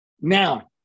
Now